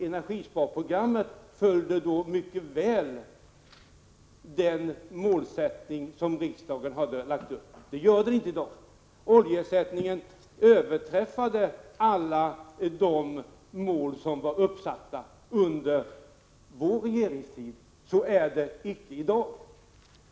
Energisparprogrammet följde då mycket väl den målsättning som riksdagen hade lagt fast — det gör det inte i dag. Oljeersättningen överträffade under vår regeringstid alla de mål som var uppsatta — så är det inte i dag.